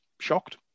Shocked